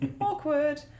Awkward